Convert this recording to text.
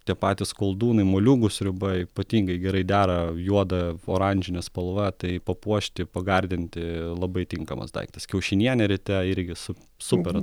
tie patys koldūnai moliūgų sriuba ypatingai gerai dera juoda oranžinė spalva tai papuošti pagardinti labai tinkamas daiktas kiaušinienė ryte irgi su super